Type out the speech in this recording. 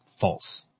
false